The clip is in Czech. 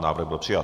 Návrh byl přijat.